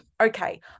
okay